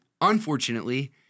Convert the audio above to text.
unfortunately